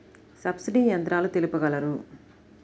Subsidy యంత్రాలు తెలుపగలరు?